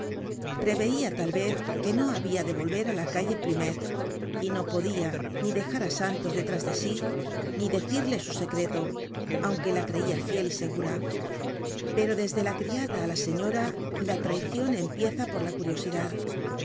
preveia tal vez que no habia de volver á la calle plumet y no podia ni dejar á santos detrás de sí ni decirle su secreto aunque la creia fiel y segura pero desde la criada á la señora la traicion empieza por la curiosidad